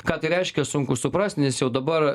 ką tai reiškia sunku suprast nes jau dabar